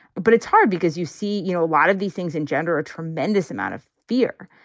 but it's hard because you see, you know, a lot of these things engender a tremendous amount of fear.